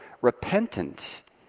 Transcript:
Repentance